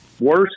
worse